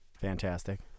Fantastic